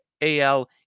AL